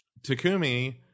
takumi